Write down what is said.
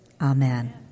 Amen